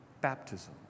baptism